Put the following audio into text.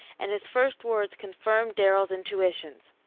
and his first words confirmed darrell's intuitions